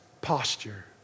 posture